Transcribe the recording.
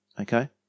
Okay